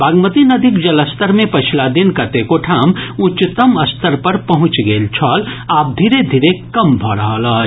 बागमती नदीक जलस्तर जे पछिला दिन कतेको ठाम उच्चतम स्तर पर पहुंचि गेल छल आब धीरे धीरे कम भऽ रहल अछि